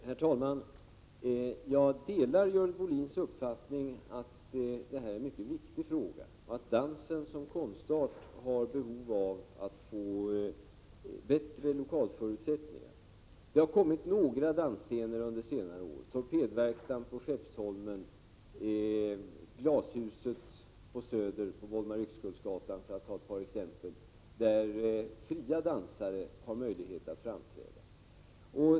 Herr talman! Jag delar Görel Bohlins uppfattning att detta är en mycket viktig fråga och att dansen som konstart har behov av att få bättre lokalförutsättningar. Det har tillkommit några dansscener under senare år. Torpedverkstaden på Skeppsholmen och Glashuset på Wollmar Yxkullsgatan på Söder är ett par exempel, där fria dansare har möjlighet att framträda.